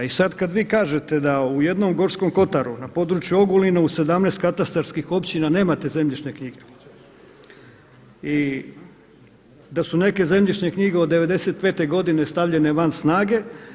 I sad kad vi kažete da u jednom Gorskom kotaru na području Ogulina u 17 katastarskih općina nemate zemljišne knjige i da su neke zemljišne knjige od 95. godine stavljene van snage.